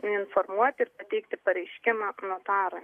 informuoti ir pateikti pareiškimą notarui